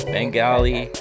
Bengali